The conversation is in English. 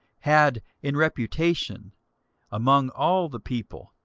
had in reputation among all the people,